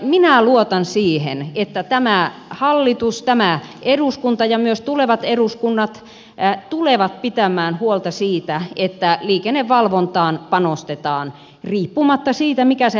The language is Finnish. minä luotan siihen että tämä hallitus tämä eduskunta ja myös tulevat eduskunnat tulevat pitämään huolta siitä että liikennevalvontaan panostetaan riippumatta siitä mikä se hallintorakenne on